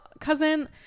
cousin